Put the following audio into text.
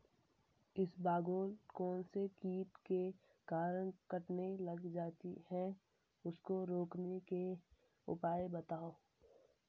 इसबगोल कौनसे कीट के कारण कटने लग जाती है उसको रोकने के उपाय बताओ?